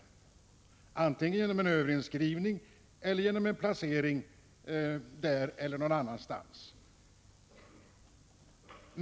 Det sker antingen genom en överinskrivning eller också genom en placering på det aktuella daghemmet eller någon annanstans.